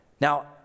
Now